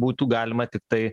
būtų galima tiktai